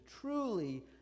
Truly